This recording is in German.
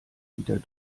wieder